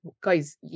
guys